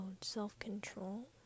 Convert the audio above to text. self-control